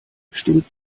stimmt